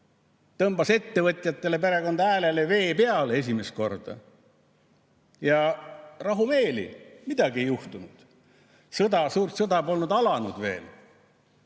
Tõmbas ettevõtjatele, perekond Häälele vee peale esimest korda. Ja rahumeeli! Midagi ei juhtunud. Sõda, suur sõda polnud alanud veel.